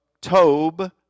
Tob